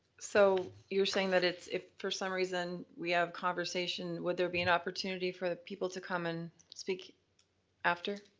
so you were saying that if for some reason we have conversation would there be an opportunity for the people to come and speak after?